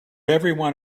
everyone